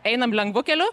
einam lengvu keliu